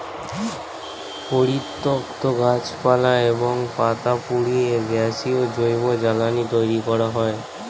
পরিত্যক্ত গাছপালা এবং পাতা পুড়িয়ে গ্যাসীয় জৈব জ্বালানি তৈরি করা হয়